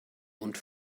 mund